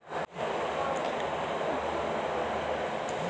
నా Aadhaar update లో సమస్య వుంది నాకు కే.వై.సీ లేకుండా బ్యాంక్ ఎకౌంట్దొ రుకుతుందా?